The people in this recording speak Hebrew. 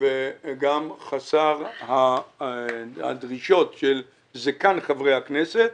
וגם חסר הדרישות של זקן חברי הכנסת,